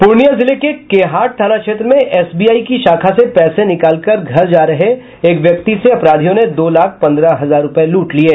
पूर्णिया जिले के केहाट थाना क्षेत्र में एसबीआई की शाखा से पैसे निकालकर घर जा रहे एक व्यक्ति से अपराधियों ने दो लाख पंद्रह हजार रुपये लूट लिये